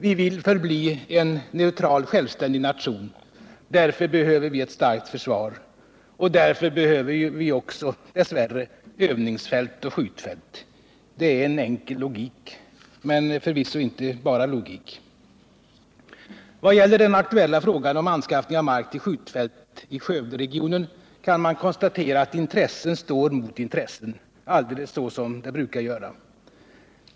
Vi vill förbli en neutral, självständig nation. Därför behöver vi ett starkt försvar. Och därför behöver vi också — dess värre — övningsfält och skjutfält. Det är enkel logik — men förvisso inte bara logik. Vad gäller den aktuella frågan om anskaffning av mark till skjutfält i Skövderegionen kan man konstatera att intressen står mot intressen — alldeles så som det brukar göra.